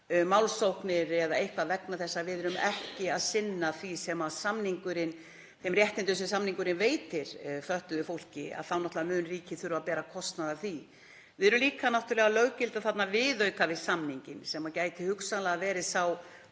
málsóknir eða eitthvað vegna þess að við erum ekki að sinna þeim réttindum sem samningurinn veitir fötluðu fólki þá náttúrlega mun ríkið þurfa að bera kostnað af því. Við erum líka að löggilda þarna viðauka við samninginn sem gæti hugsanlega verið